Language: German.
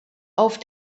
auf